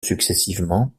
successivement